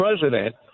president